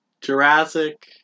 Jurassic